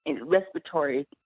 respiratory